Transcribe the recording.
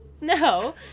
No